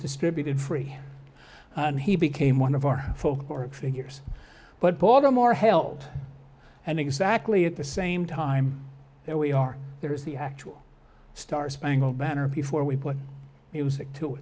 distributed free and he became one of our folklore figures but baltimore held and exactly at the same time there we are there is the actual star spangled banner before we put music to